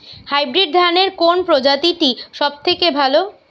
Hybrid ধানের কোন প্রজীতিটি সবথেকে ভালো?